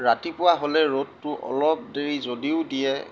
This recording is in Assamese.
ৰাতিপুৱা হ'লে ৰ'দটো অলপ দেৰি যদিও দিয়ে